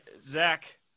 Zach